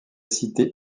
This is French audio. cités